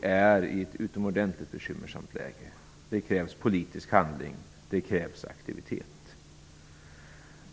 Vi är i ett utomordentligt bekymmersamt läge. Det krävs politisk handling. Det krävs aktivitet.